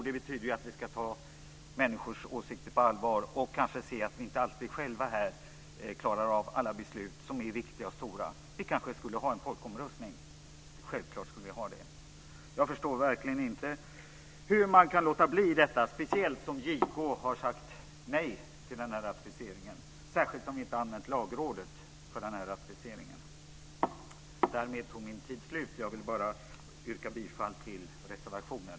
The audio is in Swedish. Det betyder att vi ska ta människors åsikter på allvar och kanske se att vi här inte alltid själva klarar av alla beslut som är viktiga och stora. Vi kanske borde ha en folkomröstning. Självklart borde vi ha det. Jag förstår verkligen inte hur man kan låta bli, särskilt med tanke på att JK har sagt nej till ratificering. Vi har inte heller använt Lagrådet i ratificeringen. Därmed tog min talartid slut. Jag vill bara yrka bifall till reservationen.